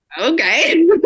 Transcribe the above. Okay